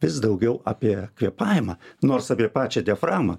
vis daugiau apie kvėpavimą nors apie pačią diafragmą